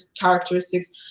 characteristics